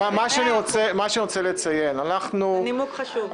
מאה אחוז, הנימוק חשוב.